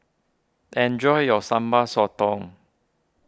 enjoy your Sambal Sotong